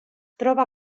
troba